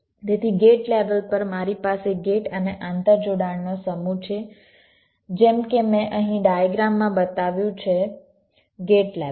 તેથી gate level પર મારી પાસે ગેટ અને આંતરજોડાણનો સમૂહ છે જેમ કે મેં અહીં ડાયગ્રામમાં બતાવ્યું છે ગેટ લેવલ